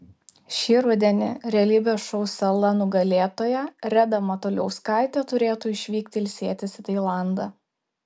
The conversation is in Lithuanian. šį rudenį realybės šou sala nugalėtoja reda matuliauskaitė turėtų išvykti ilsėtis į tailandą